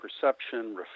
perception